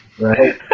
right